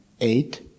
eight